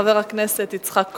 חבר הכנסת יצחק כהן.